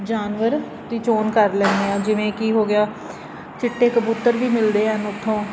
ਜਾਨਵਰ ਦੀ ਚੋਣ ਕਰ ਲੈਂਦੇ ਹਾਂ ਜਿਵੇਂ ਕਿ ਹੋ ਗਿਆ ਚਿੱਟੇ ਕਬੂਤਰ ਵੀ ਮਿਲਦੇ ਆ ਉੱਥੋਂ